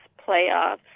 playoffs